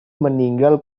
meninggal